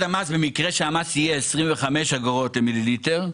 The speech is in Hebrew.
במקרה שהמס יהיה 25 אגורות למיליליטר,